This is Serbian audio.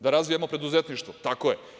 Da razvijemo preduzetništvo, tako je.